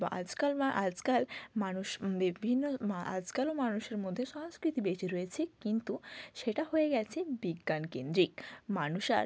আজকাল আজকাল মানুষ বিভিন্ন আজকালও মানুষের মধ্যে সংস্কৃতি বেশি রয়েছে কিন্তু সেটা হয়ে গিয়েছে বিজ্ঞানকেন্দ্রিক মানুষ আর